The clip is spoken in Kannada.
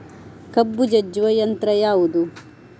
ಕಬ್ಬು ಜಜ್ಜುವ ಯಂತ್ರ ಯಾವುದು?